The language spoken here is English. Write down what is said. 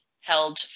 held